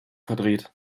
verdreht